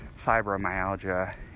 fibromyalgia